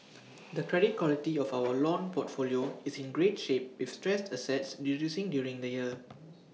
the credit quality of our loan portfolio is in great shape with stressed assets reducing during the year